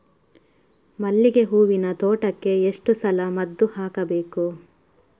ಮಲ್ಲಿಗೆ ಹೂವಿನ ತೋಟಕ್ಕೆ ಎಷ್ಟು ಸಲ ಮದ್ದು ಹಾಕಬೇಕು?